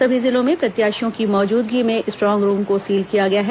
सभी जिलों में प्रत्याशियों की मौजूदगी में स्ट्रांग रूम को सील किया गया है